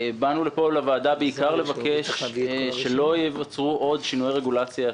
באנו לוועדה בעיקר כדי לבקש שלא ייווצרו עוד שינויי רגולציה,